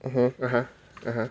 mmhmm (uh huh) (uh huh)